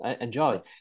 Enjoy